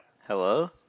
hello